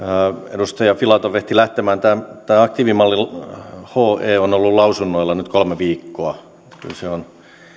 edustaja filatov ehti lähtemään tämän aktiivimallin he on ollut lausunnoilla nyt kolme viikkoa se on